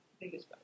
biggest